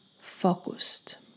focused